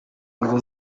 ngo